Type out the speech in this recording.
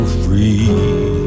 free